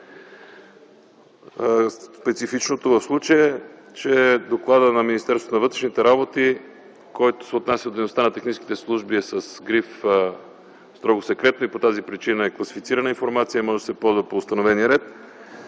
Специфичното в случая е, че докладът на Министерството на вътрешните работи, който се отнася до дейността на техническите служби е с гриф „Строго секретно” и по тази причина е класифицирана информация, може да се ползва по установения ред,